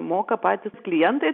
moka patys klientai